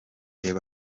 reba